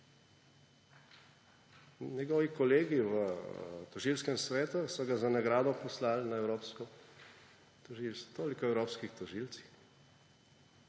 Njegovi kolegi v tožilskem svetu so ga za nagrado poslali na evropsko tožilstvo. Toliko o evropskih tožilcih.